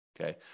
Okay